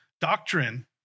doctrine